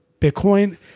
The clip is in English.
Bitcoin